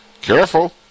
careful